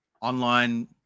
online